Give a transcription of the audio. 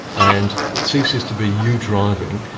and it ceases to be you driving,